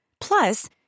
Plus